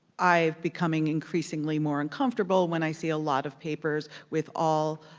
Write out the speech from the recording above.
i've becoming increasingly more uncomfortable when i see a lot of papers with all